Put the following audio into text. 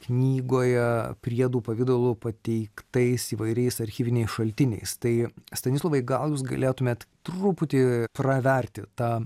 knygoje priedų pavidalu pateiktais įvairiais archyviniais šaltiniais tai stanislovai gal jūs galėtumėt truputį praverti tą